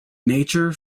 nature